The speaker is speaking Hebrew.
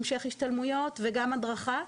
המשך השתלמויות וגם הדרכה.